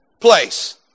place